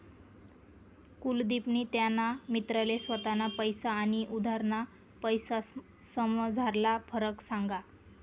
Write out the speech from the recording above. कुलदिपनी त्याना मित्रले स्वताना पैसा आनी उधारना पैसासमझारला फरक सांगा